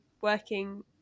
working